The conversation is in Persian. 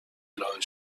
ارائه